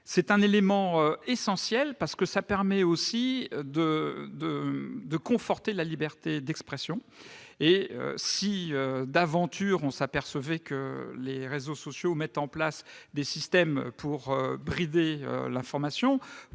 d'un point essentiel, qui permettra également de conforter la liberté d'expression. Si, d'aventure, on s'apercevait que les réseaux sociaux mettent en place des systèmes pour brider l'information